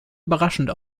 überraschend